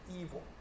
evil